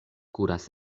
kuras